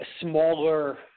smaller